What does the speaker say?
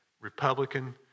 Republican